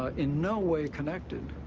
ah in no way connected.